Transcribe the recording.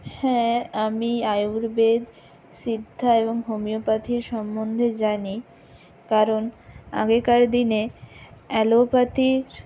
হ্যাঁ আমি আয়ুর্বেদ সিদ্ধা এবং হোমিওপ্যাথি সম্বন্ধে জানি কারণ আগেকার দিনে অ্যালোপ্যাথির